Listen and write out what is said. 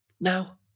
Now